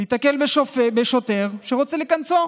להיתקל בשוטר שרוצה לקנוס אותו,